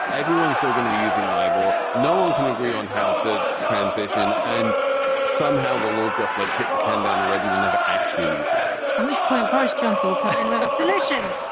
everyone still going to be using label? no one can agree on how to transition. and somehow we'll all just like kick the can down the road and we'll never actually leave label at and which point boris johnson will come and with a solution.